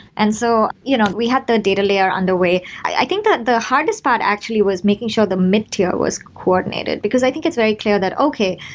and so you know we had the data layer on the way. i think that the hardest part actually was making sure the mid-tier was coordinated, because i think it's very clear that okay,